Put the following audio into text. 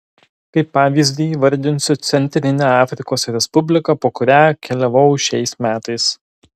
kaip pavyzdį įvardinsiu centrinę afrikos respubliką po kurią keliavau šiais metais